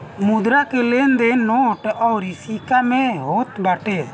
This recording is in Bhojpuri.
मुद्रा के लेन देन नोट अउरी सिक्का में होत बाटे